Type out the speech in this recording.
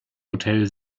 hotel